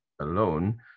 alone